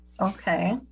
okay